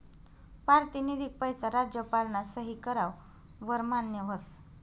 पारतिनिधिक पैसा राज्यपालना सही कराव वर मान्य व्हस